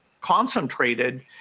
concentrated